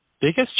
Biggest